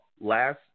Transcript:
last